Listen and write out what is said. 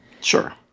Sure